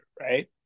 right